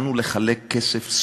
התחלנו לחלק כסף,